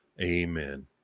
Amen